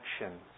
actions